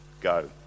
go